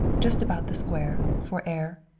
just about the square, for air?